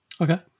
Okay